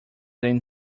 than